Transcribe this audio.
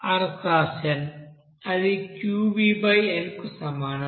అది Qvn కు సమానం